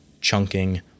chunking